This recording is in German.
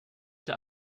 der